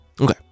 Okay